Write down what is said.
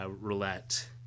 roulette